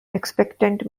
expectant